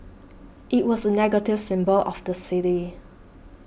it was a negative symbol of the city